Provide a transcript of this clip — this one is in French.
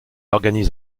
organise